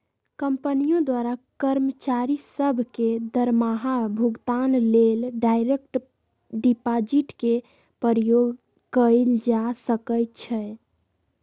कंपनियों द्वारा कर्मचारि सभ के दरमाहा भुगतान लेल डायरेक्ट डिपाजिट के प्रयोग कएल जा सकै छै